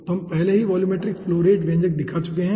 तो हम पहले ही वॉल्यूमेट्रिक फ्लो रेट व्यंजक दिखा चुके हैं